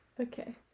Okay